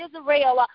Israel